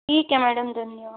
ठीक है मैडम धन्यवाद